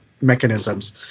mechanisms